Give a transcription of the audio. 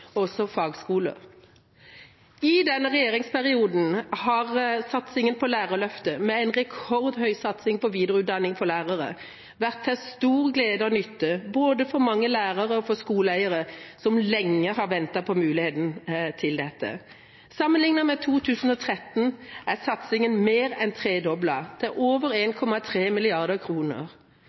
I denne regjeringsperioden har satsingen på Lærerløftet, med rekordhøy satsing på videreutdanning for lærere, vært til stor glede og nytte for mange både lærere og skoleeiere, som lenge har ventet på mulighet til dette. Sammenliknet med 2013 er satsingen mer enn tredoblet – til over